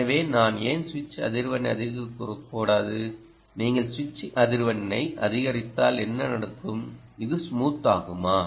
எனவே நான் ஏன் சுவிட்சிங் அதிர்வெண்ணை அதிகரிக்கக்கூடாது நீங்கள் சுவிட்சிங் அதிர்வெண்ணை அதிகரித்தால் என்ன நடக்கும் இது ஸ்மூத் ஆகுமா